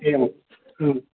एवं